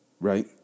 right